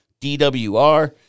DWR